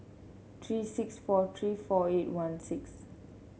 three six four three four eight one six